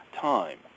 time